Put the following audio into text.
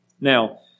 Now